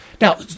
Now